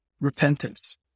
Repentance